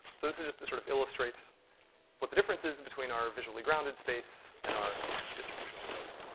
so this is just to sort of illustrates what the difference is between our visually grounded space and our distributional space.